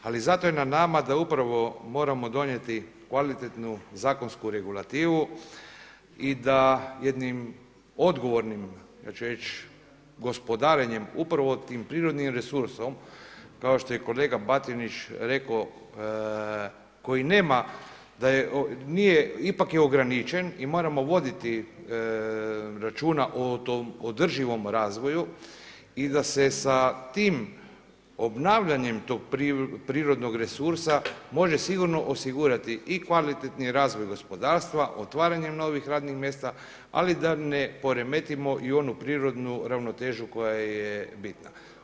Ali zato je na nama da upravo moramo donijeti kvalitetnu zakonsku regulativu i da jednim odgovornim, ja ću reći, gospodarenjem upravo tim prirodnim resursom kao što ej kolega Batinić rekao, koji je ipak ograničen i moramo voditi računa o tom održivom razvoju i da se sa tim obnavljanjem tog prirodnog resursa, može sigurno osigurati i kvalitetni razvoj gospodarstva otvaranjem novih radnih mjesta ali da ne poremetimo i u onu prirodnu ravnotežu koja je bitna.